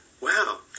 wow